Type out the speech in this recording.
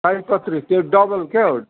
सयपत्री त्यो डबल क्या